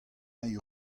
hini